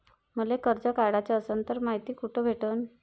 मले कर्ज काढाच असनं तर मायती कुठ भेटनं?